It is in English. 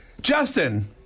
Justin